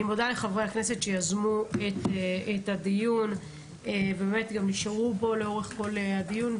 אני מודה לחברי הכנסת שיזמו את הדיון ונשארו פה לאורך כל הדיון,